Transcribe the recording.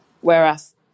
Whereas